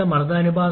1 പോലെയാകും